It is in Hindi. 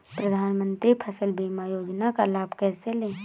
प्रधानमंत्री फसल बीमा योजना का लाभ कैसे लें?